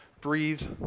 breathe